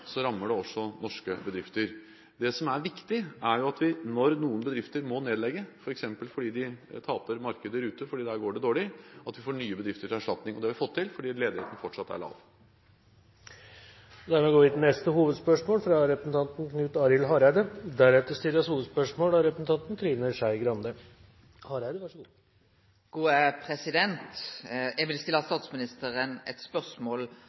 når noen bedrifter må nedlegges, f.eks. fordi de taper markeder ute fordi det går dårlig der, får nye bedrifter til erstatning. Det har vi fått til, siden ledigheten fortsatt er lav. Vi går til neste hovedspørsmål.